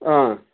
آ